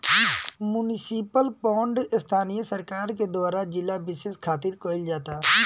municipal bond स्थानीय सरकार के द्वारा जिला बिशेष खातिर कईल जाता